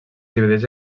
divideix